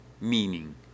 meaning